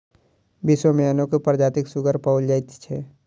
विश्व मे अनेको प्रजातिक सुग्गर पाओल जाइत छै